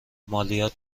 مالیات